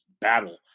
battle